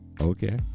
Okay